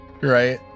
right